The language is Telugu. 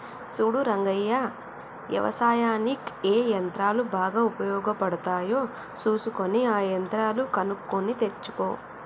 సూడు రంగయ్య యవసాయనిక్ ఏ యంత్రాలు బాగా ఉపయోగపడుతాయో సూసుకొని ఆ యంత్రాలు కొనుక్కొని తెచ్చుకో